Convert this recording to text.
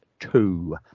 two